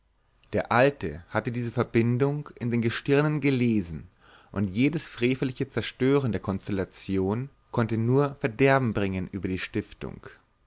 der alte hatte diese verbindung in den gestirnen gelesen und jedes freveliche zerstören der konstellation konnte nur verderben bringen über die stiftung